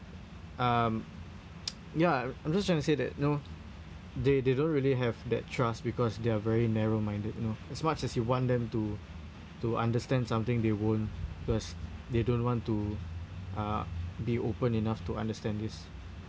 um ya I'm just trying to say that know they they don't really have that trust because they're very narrow minded you know as much as you want them to to understand something they won't because they don't want to uh be open enough to understand this